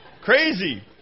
crazy